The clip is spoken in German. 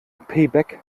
payback